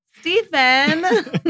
Stephen